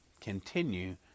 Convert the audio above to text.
Continue